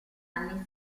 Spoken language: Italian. anni